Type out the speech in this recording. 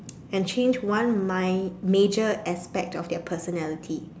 and change one mine major aspects of their personality